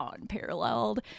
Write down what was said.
unparalleled